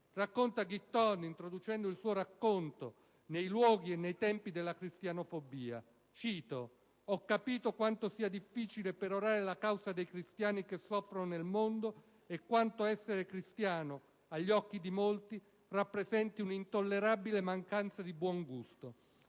racconto del suo viaggio nei luoghi e nei tempi della cristianofobia, Guitton scrive (cito): «Ho capito quanto sia difficile perorare la causa dei cristiani che soffrono nel mondo e quanto essere cristiano, agli occhi di molti, rappresenti un'intollerabile mancanza di buon gusto,